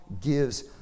gives